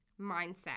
mindset